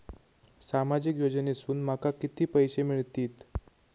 सामाजिक योजनेसून माका किती पैशे मिळतीत?